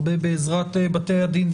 הרבה בעזרת בתי הדין,